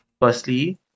Firstly